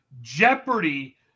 Jeopardy